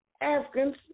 Africans